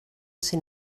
ser